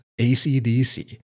ACDC